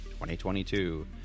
2022